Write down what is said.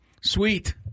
Sweet